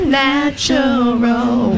natural